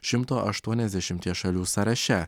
šimto aštuoniasdešimties šalių sąraše